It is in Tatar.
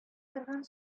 торган